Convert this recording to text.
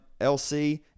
LC